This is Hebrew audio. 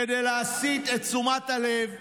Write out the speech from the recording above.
כדי להסיט את תשומת הלב מהחטופים,